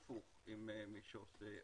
הפוך עם מי שעושה אלימות.